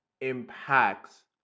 impacts